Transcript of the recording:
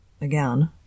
Again